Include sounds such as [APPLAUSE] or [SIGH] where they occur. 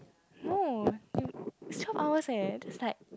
no [NOISE] twelve hour eh that's like